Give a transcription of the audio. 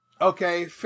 Okay